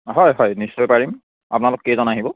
হয় হয় নিশ্চয় পাৰিম আপোনালোক কেইজন আহিব